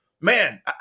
man